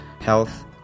health